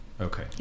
Okay